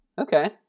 Okay